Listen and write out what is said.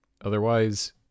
otherwise